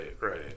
right